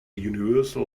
universal